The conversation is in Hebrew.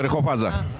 בוקר טוב.